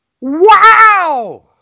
Wow